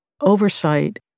oversight